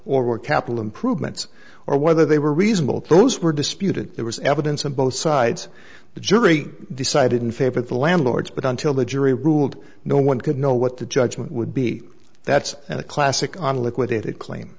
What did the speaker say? were capital improvements or whether they were reasonable those were disputed there was evidence on both sides the jury decided in favor of the landlords but until the jury ruled no one could know what the judgment would be that's a classic on liquidated claim